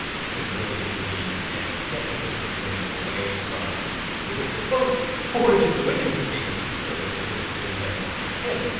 should really intervene, and get the district attorney away from the witness. both for the the witness' safety, so that the district attorney doesn't attack him,